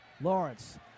Lawrence